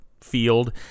field